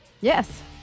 Yes